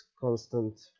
constant